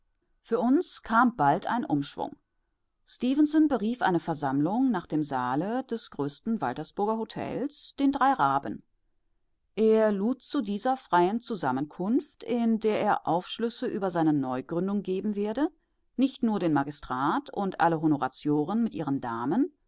für uns kam bald ein umschwung stefenson berief eine versammlung nach dem saale des größten waltersburger hotels den drei raben er lud zu dieser freien zusammenkunft in der er aufschlüsse über seine neugründung geben werde nicht nur den magistrat und alle honoratioren mit ihren damen